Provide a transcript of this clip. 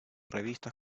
revistas